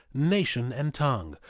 nation, and tongue,